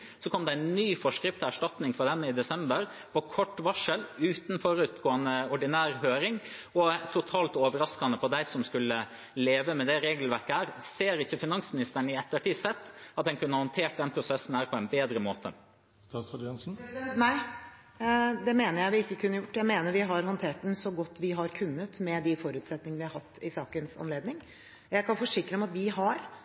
Så kom det en ny forskrift til erstatning for den i desember, på kort varsel uten forutgående ordinær høring, og totalt overraskende på dem som skulle leve med dette regelverket. Ser ikke finansministeren i ettertid at en kunne ha håndtert denne prosessen på en bedre måte? Nei, det mener jeg vi ikke kunne gjort. Jeg mener vi har håndtert den så godt vi har kunnet med de forutsetningene vi har hatt i sakens